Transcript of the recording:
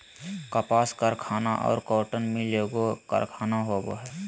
कपास कारखाना और कॉटन मिल एगो कारखाना होबो हइ